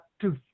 two